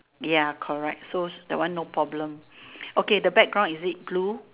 ya correct so that one no problem okay the background is it blue